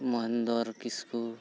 ᱢᱚᱦᱮᱱᱫᱚᱨ ᱠᱤᱥᱠᱩ